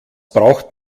braucht